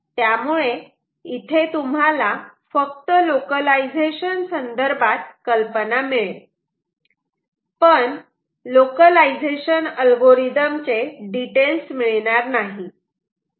त्यामुळे इथे तुम्हाला फक्त लोकलायझेशन संदर्भात कल्पना मिळेल पण लोकलायझेशन अल्गोरिदम चे डिटेल्स मिळणार नाही